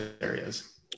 areas